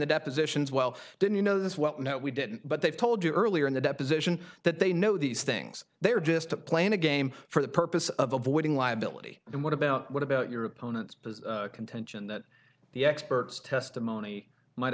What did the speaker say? depositions well didn't you know this well we didn't but they've told you earlier in the deposition that they know these things they were just playing a game for the purpose of avoiding liability and what about what about your opponent's contention that the experts testimony might have